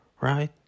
right